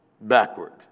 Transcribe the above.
backward